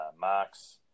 marks